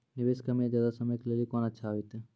निवेश कम या ज्यादा समय के लेली कोंन अच्छा होइतै?